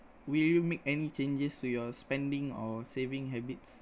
will you make any changes to your spending or saving habits